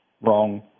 Wrong